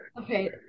Okay